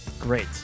great